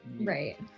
Right